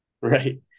Right